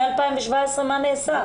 מ-2017 מה נעשה?